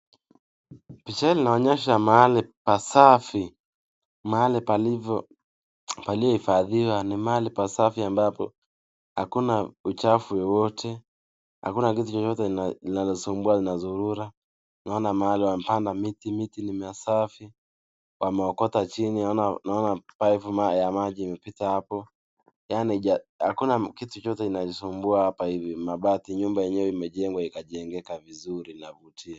Mahali pasafi palipo hifadhiwa hakuna uchafu wowote, hakuna kitu chochote kinasumbua au kuzurura, wamepanda miti na ni misafi, wameokota chini na kuna pipe ya maji inapita na hakuna kitu chochote inayoisumbua, mabati, nyumba yenyewe imejengwa ikajengeka vizuri na inavutia